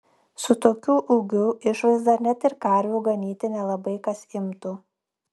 su tokiu ūgiu išvaizda net ir karvių ganyti nelabai kas imtų